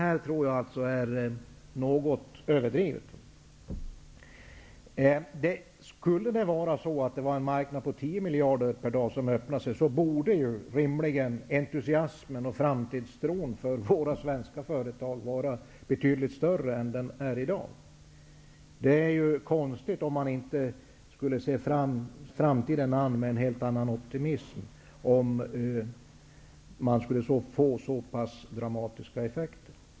Jag tror att siffrorna är något överdrivna. Om det vore så att en marknad på 10 miljarder per dag skulle öppna sig, borde rimligen entusiasmen och framtidstron i våra svenska företag vara betydligt större än den är i dag. Det vore konstigt om man inte skulle se framtiden an med en helt annan optimism, om det skulle bli så pass dramatiska effekter.